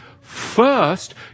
First